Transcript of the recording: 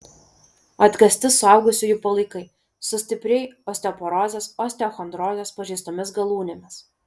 atkasti suaugusiųjų palaikai su stipriai osteoporozės osteochondrozės pažeistomis galūnėmis